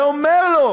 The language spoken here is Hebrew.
ואומר לו: